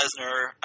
Lesnar